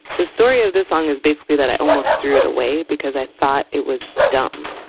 the story of this song is basically that i almost threw it away because i thought it was dumb.